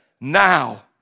Now